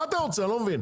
מה אתה רוצה לא מבין?